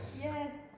Yes